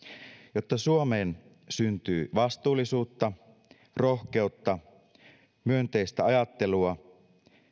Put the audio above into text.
jotta suomeen syntyy vastuullisuutta rohkeutta myönteistä ajattelua